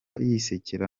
yisekera